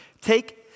Take